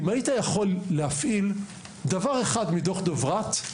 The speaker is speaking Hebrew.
איזה דבר אחד מדו״ח דוברת,